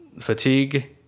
fatigue